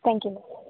thank you